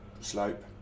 Slope